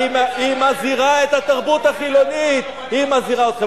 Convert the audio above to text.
היא מזהירה את התרבות החילונית, היא מזהירה אתכם.